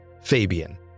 Fabian